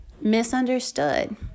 misunderstood